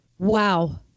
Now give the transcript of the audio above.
Wow